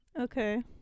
Okay